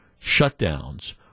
shutdowns